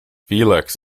felix